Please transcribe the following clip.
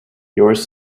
yours